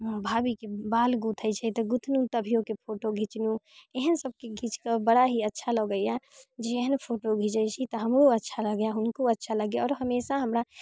भाभीके बाल गुथै छै तऽ गुथलहुँ तभियोके फोटो घीचलहुँ एहन सबके घीच कऽ बड़ा ही अच्छा लगैय जहन फोटो घीचै छी तऽ हमरो अच्छा लागैय हुनको अच्छा लागैय आओर हमेशा हमरा